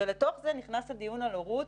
ולתוך זה נכנס הדיון על הורות.